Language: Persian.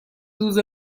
روز